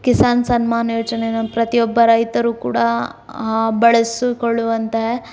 ಕಿಸಾನ್ ಸನ್ಮಾನ್ ಯೋಜನೇನ ಪ್ರತಿಯೊಬ್ಬ ರೈತರೂ ಕೂಡ ಬಳಸಿಕೊಳ್ಳುವಂತೆ